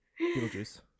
Beetlejuice